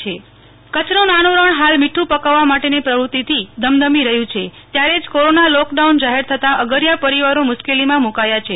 નેહલ ઠકકર અગર્ગરિયા કચ્છનું નાનું રણ ફાલ મીઠું પકવવા માટેની પ્રવ્રતિ થી ધમધમી રહ્યુ છે ત્યારે જ કોરોના લોક ડાઉન જાહેર થતા અગરિયા પરિવારો મુશ્કેલી માં મુકાયા છે